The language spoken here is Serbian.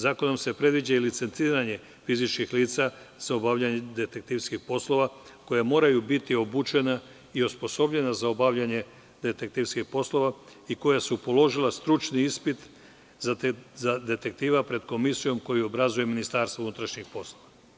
Zakonom se predviđa i licenciranje fizičkih lica za obavljanje detektivskih poslova, koja moraju biti obučena i osposobljena za obavljanje detektivskih poslova i koja su položila stručni ispit za detektiva pred komisijom koju obrazuje MUP.